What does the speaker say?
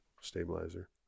stabilizer